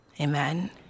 Amen